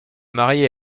marié